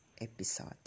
episode